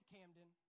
Camden